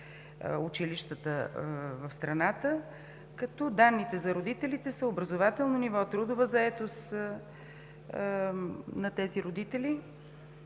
училищата в страната, като данните за родителите са: образователно ниво и трудова заетост. Въпросът ми